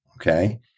okay